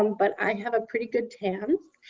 um but i have a pretty good tan.